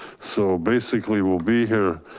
so basically we'll be here